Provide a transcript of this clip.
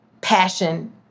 passion